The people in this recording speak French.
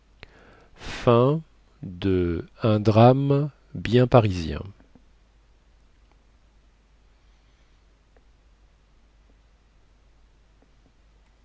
un drame bien parisien